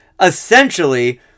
essentially